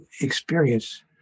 experience